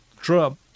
Trump